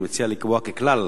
אני מציע לקבוע, ככלל,